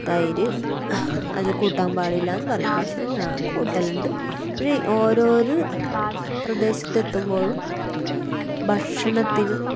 തൈര് അത് കൂട്ടാന് പാടില്ലാന്ന് പറയും പക്ഷെ ഞാന് കൂട്ടലുണ്ട് ഒര് ഓരോര് പ്രദേശത്തെത്തുംമ്പോഴും ഭക്ഷണത്തിനും